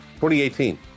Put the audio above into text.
2018